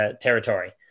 territory